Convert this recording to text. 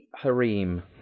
harem